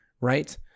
right